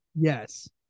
Yes